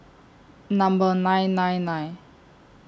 Number nine nine nine